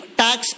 tax